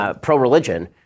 pro-religion